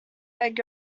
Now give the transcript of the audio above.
beg